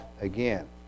again